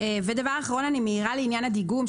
ודבר אחרון אני מעירה לעניין הדיגום,